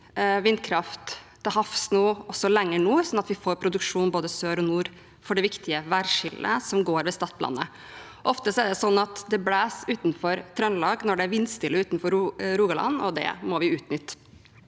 vindkraft til havs også lenger nord, sånn at vi får produksjon både sør og nord for det viktige værskillet som går ved Stadlandet. Ofte er det sånn at det blåser utenfor Trøndelag når det er vindstille utenfor Rogaland, og det må vi utnytte.